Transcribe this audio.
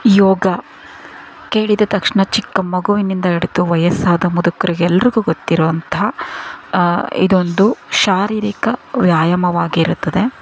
ಯೋಗ ಕೇಳಿದ ತಕ್ಷಣ ಚಿಕ್ಕ ಮಗುವಿನಿಂದ ಹಿಡಿದು ವಯಸ್ಸಾದ ಮುದುಕರಿಗೆಲ್ರಿಗೂ ಗೊತ್ತಿರುವಂಥ ಇದೊಂದು ಶಾರೀರಿಕ ವ್ಯಾಯಾಮವಾಗಿರುತ್ತದೆ